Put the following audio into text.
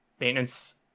Maintenance